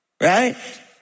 right